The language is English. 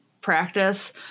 practice